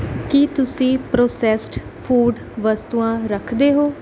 ਕੀ ਤੁਸੀਂ processed food ਵਸਤੂਆਂ ਰੱਖਦੇ ਹੋ